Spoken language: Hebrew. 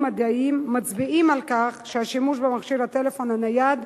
מדעיים מצביעים על כך שהשימוש בטלפון הנייד